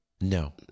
No